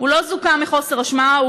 הוא לא זוכה מחוסר אשמה.